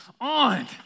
on